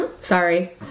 Sorry